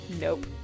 Nope